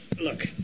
look